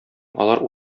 алар